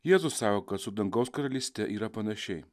jėzus sako kad su dangaus karalyste yra panašiai